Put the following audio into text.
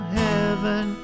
heaven